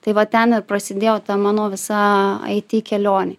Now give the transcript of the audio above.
tai va ten ir prasidėjo ta mano visa it kelionė